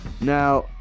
Now